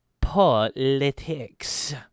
politics